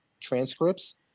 transcripts